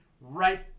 right